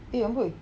eh amboi